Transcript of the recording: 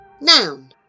Noun